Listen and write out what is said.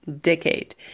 decade